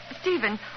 Stephen